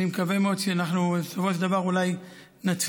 אני מקווה מאוד שאנחנו בסופו של דבר אולי נצליח,